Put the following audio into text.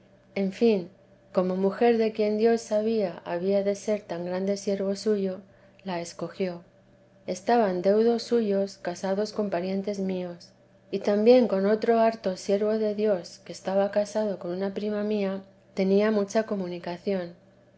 en fin como mujer de quien dios sabía había de ser tan grande siervo suyo la escogió estaban deudos suyos casados con parientes míos y también con otro harto siervo de dios que estaba c con una prima mía tenía mucha comunicación